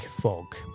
fog